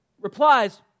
replies